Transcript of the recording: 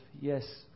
Yes